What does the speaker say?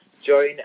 join